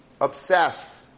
obsessed